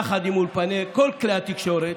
יחד עם אולפני כל כלי התקשורת,